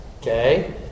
Okay